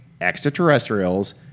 extraterrestrials